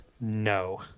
No